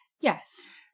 Yes